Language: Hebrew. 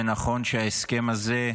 נכון שההסכם הזה,